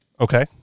Okay